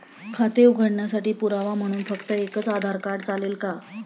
खाते उघडण्यासाठी पुरावा म्हणून फक्त एकच आधार कार्ड चालेल का?